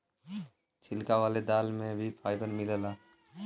छिलका वाले दाल में भी फाइबर मिलला